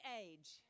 age